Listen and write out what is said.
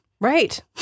Right